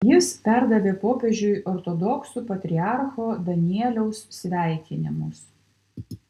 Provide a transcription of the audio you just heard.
jis perdavė popiežiui ortodoksų patriarcho danieliaus sveikinimus